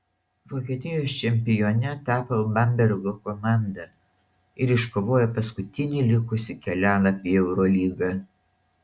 vokietijos čempione tapo bambergo komanda ir iškovojo paskutinį likusį kelialapį į eurolygą